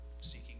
seeking